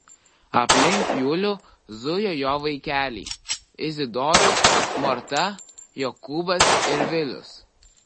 aplink julių zujo jo vaikeliai izidorius morta jokūbas ir vilius